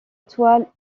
toile